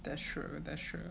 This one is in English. that's true that's true